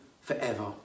forever